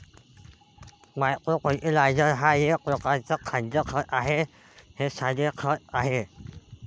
micro fertiliser हा एक प्रकारचा खाद्य खत आहे हे साधे खते आहेत